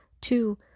Two